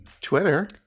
twitter